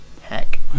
Heck